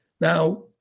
Now